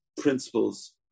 principles